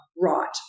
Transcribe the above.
right